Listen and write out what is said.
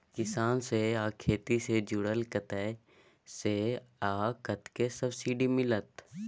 किसान से आ खेती से जुरल कतय से आ कतेक सबसिडी मिलत?